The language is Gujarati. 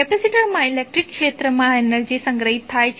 કેપેસિટરમા ઇલેક્ટ્રિક ક્ષેત્રમાં એનર્જી સંગ્રહિત થાય છે